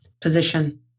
position